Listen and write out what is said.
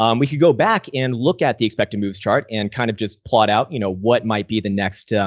um we could go back and look at the expected moves chart and kind of just plot out, you know, what might be the next,